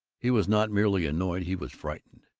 he was not merely annoyed he was frightened.